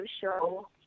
show